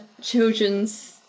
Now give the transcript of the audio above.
children's